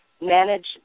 manage